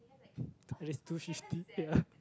which is two fifty ya